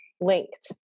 linked